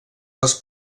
les